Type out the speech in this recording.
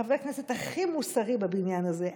הוא החבר כנסת הכי מוסרי בבניין הזה,